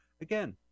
again